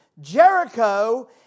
Jericho